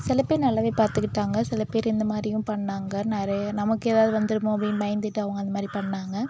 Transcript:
சில பேர் நல்லாவே பார்த்துக்கிட்டாங்க சில பேர் இந்த மாதிரியும் பண்ணிணாங்க நிறைய நமக்கு ஏதாவது வந்துடுமோ அப்படின்னு பயந்துகிட்டு அவங்க அந்த மாதிரி பண்ணிணாங்க